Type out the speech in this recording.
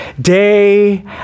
day